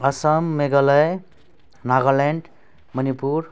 Assam Meghalaya Nagaland Manipur